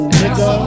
nigga